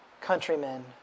countrymen